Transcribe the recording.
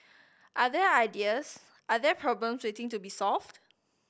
are there ideas are there problem waiting to be solved